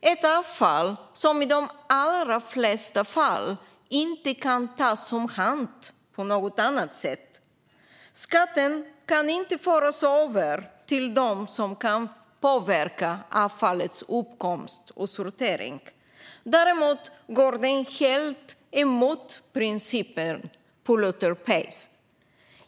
Det är avfall som i de allra flesta fall inte kan tas om hand på något annat sätt. Skatten kan inte föras över till dem som kan påverka avfallets uppkomst och sortering. Därmed går den helt emot principen polluter pays.